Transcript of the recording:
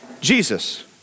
Jesus